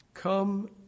come